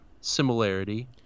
similarity